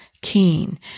Keen